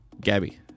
gabby